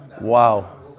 Wow